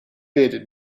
bearded